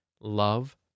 Love